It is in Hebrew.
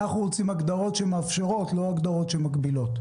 אנחנו רוצים הגדרות שמאפשרות, לא הגדרות שמגבילות.